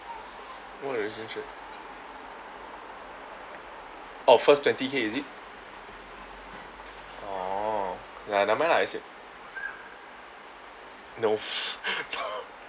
what interest rate oh first twenty K is it orh !aiya! never mind lah I said no no